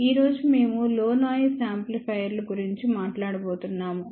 ఈ రోజు మేము లో నాయిస్ యాంప్లిఫైయర్ల గురించి మాట్లాడబోతున్నాము